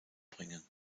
bringen